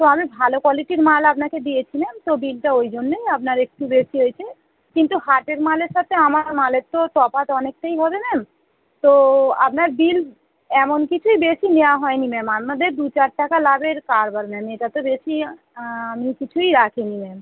তো আমি ভালো কোয়ালিটির মাল আপনাকে দিয়েছিলাম তো বিলটা ওই জন্যই আপনার একটু বেশি হয়েছে কিন্তু হাটের মালের সাথে আমার মালের তো তফাত অনেকটাই হবে ম্যাম তো আপনার বিল এমন কিছুই বেশি নেওয়া হয় নি ম্যাম আমাদের দু চার টাকার লাভের কারবার ম্যাম এটা তো বেশি আমি কিছুই রাখি নি ম্যাম